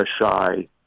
shy